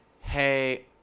Hey